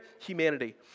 humanity